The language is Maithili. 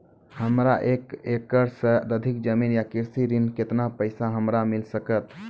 हमरा एक एकरऽ सऽ अधिक जमीन या कृषि ऋण केतना पैसा हमरा मिल सकत?